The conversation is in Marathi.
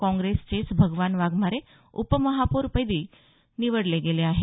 काँग्रेसचेच भगवान वाघमारे उपमहापौरपदी निवडले गेले आहेत